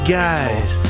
guys